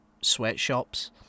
sweatshops